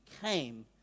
came